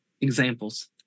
examples